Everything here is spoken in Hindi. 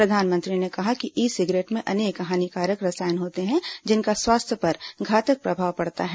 प्रधानमंत्री ने कहा कि ई सिगरेट में अनेक हानिकारक रसायन होते हैं जिनका स्वास्थ्य पर घातक प्रभाव पड़ता है